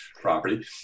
property